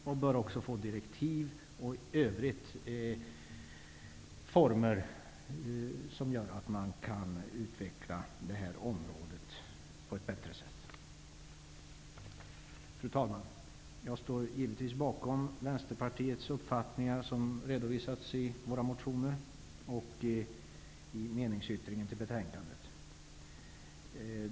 Den bör också få direktiv som gör att man kan utveckla det här området på ett bättre sätt. Fru talman! Jag står givetvis bakom Vänsterpartiets uppfattningar som redovisats i våra motioner och i meningsyttringen till betänkandet.